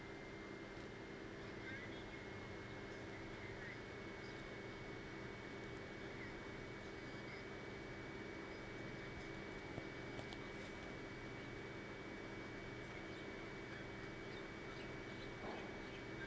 um and